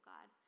God